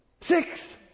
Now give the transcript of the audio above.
Six